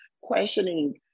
questioning